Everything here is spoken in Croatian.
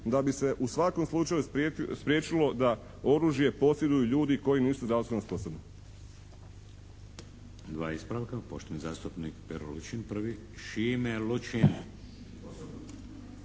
da bi se u svakom slučaju spriječilo da oružje posjeduju ljudi koji nisu zdravstveno sposobni.